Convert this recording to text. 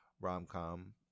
rom-com